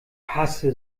hasse